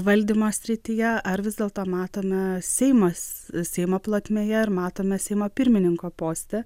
valdymo srityje ar vis dėlto matome seimas seimo plotmėje ir matome seimo pirmininko poste